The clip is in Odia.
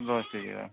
ଲସ୍ ହୋଇଯିବା